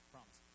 Promise